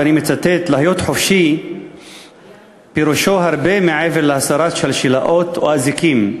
ואני מצטט: "להיות חופשי פירושו הרבה מעבר להסרת שלשלאות או אזיקים.